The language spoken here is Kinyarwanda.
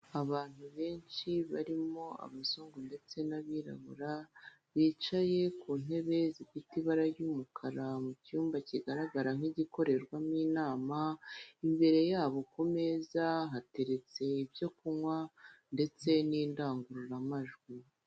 Abantu benshi barimo abazungu ndetse n'abirabura, bicaye ku ntebe zifite ibara ry'umukara mu cyumba kigaragara nk'igikorerwamo inama, imbere yabo ku meza hateretse ibyo kunywa ndetse n'indangururamajwi.